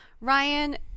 Ryan